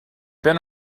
been